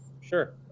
Sure